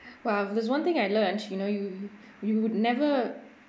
well there's one thing I learnt you know you you would never